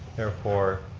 therefore,